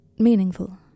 Meaningful